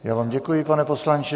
Já vám děkuji, pane poslanče.